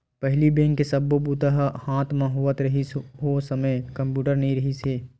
पहिली बेंक के सब्बो बूता ह हाथ म होवत रिहिस, ओ समे म कम्प्यूटर नइ रिहिस हे